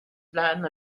phlean